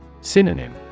Synonym